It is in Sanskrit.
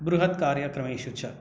बृहत्कार्यक्रमेषु च